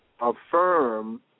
affirm